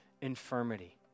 infirmity